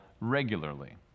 regularly